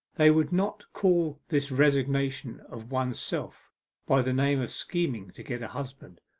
they would not call this resignation of one's self by the name of scheming to get a husband.